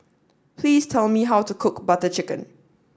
please tell me how to cook Butter Chicken